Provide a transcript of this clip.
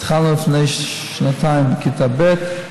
התחלנו לפני שנתיים בכיתה ב',